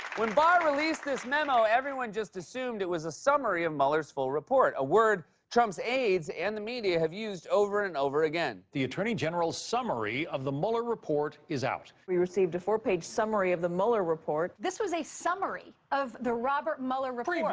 when barr released this memo, everyone just assumed it was a summary of mueller's full report, a word trump's aides and the media have used over and over again. the attorney general's summary of the mueller report is out. we received a four page summary of the mueller report. this was a summary of the robert mueller report. preview.